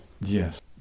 Yes